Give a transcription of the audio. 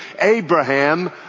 Abraham